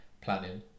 planning